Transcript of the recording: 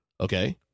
Okay